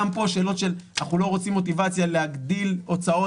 גם פה שאלות של אנחנו רוצים מוטיבציה להגדיל הוצאות